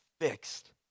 fixed